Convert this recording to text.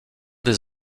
des